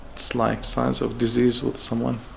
it's like signs of disease with someone.